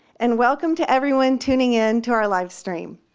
and welcome to everyone tuning in to our live stream.